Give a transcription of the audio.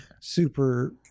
super